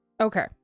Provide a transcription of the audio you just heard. okay